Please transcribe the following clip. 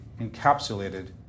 encapsulated